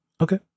Okay